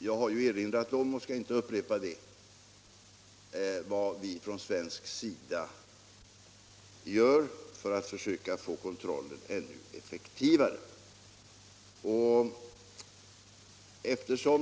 Jag har erinrat om och skall nu inte upprepa vad vi från svenskt håll gör för att försöka få kontrollen ännu effektivare.